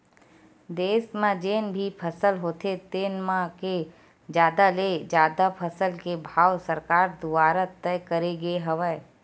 देस म जेन भी फसल होथे तेन म के जादा ले जादा फसल के भाव सरकार दुवारा तय करे गे हवय